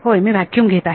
होय मी व्हॅक्युम घेत आहे